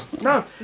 No